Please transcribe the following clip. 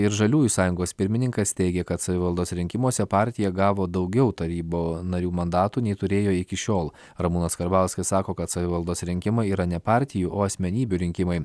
ir žaliųjų sąjungos pirmininkas teigė kad savivaldos rinkimuose partija gavo daugiau tarybų narių mandatų nei turėjo iki šiol ramūnas karbauskis sako kad savivaldos rinkimai yra ne partijų o asmenybių rinkimai